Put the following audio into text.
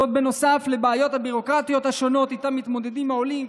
בנוסף לבעיות הביורוקרטיות השונות שאיתן מתמודדים העולים,